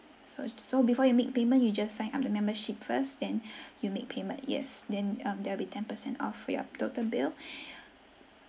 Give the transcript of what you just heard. so it's so before you make payment you just sign up the membership first then you make payment yes then um there will be tenpercent off your total bill